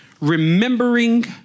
remembering